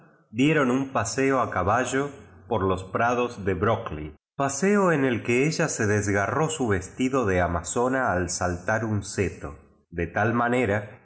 dieron un pasco u caballo por los prados de hrueklcy paseo en el que ella se desgurró sti vestido de amazona al saltar un seto de tal manera que